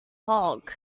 fog